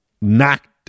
knocked